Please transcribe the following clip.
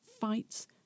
fights